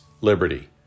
liberty